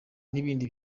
n’ibindi